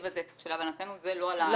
הזה שלהבנתנו זה לא עלה על השולחן.